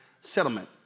settlement